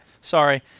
sorry